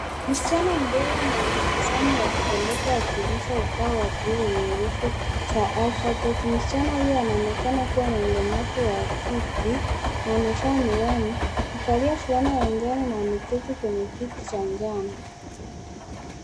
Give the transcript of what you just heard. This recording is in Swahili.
Msichana mdogo mwenye tabasamu la kupendeza akionyesha ubao wa buluu wenye herufi za alfabeti, msichana huyo anaonekana kuwa na ulemavu wa akili na amevaa miwani, amevalia fulana ya njano na ameketi kwenye kiti cha njano.